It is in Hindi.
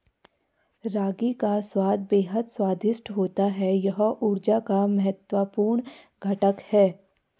रागी का स्वाद बेहद स्वादिष्ट होता है यह ऊर्जा का महत्वपूर्ण घटक है